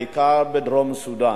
דרום-סודן.